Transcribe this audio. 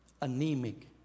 anemic